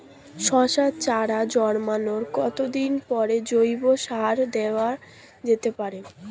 শশার চারা জন্মানোর কতদিন পরে জৈবিক সার দেওয়া যেতে পারে?